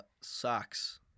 socks